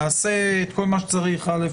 נעשה את כל מה שצריך אל"ף,